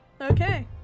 Okay